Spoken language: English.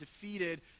defeated